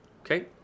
okay